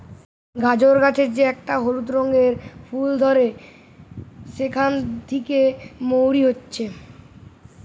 গাজর গাছের যে একটা হলুদ রঙের ফুল ধরে সেখান থিকে মৌরি হচ্ছে